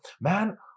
man